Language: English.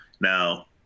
now